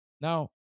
Now